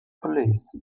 police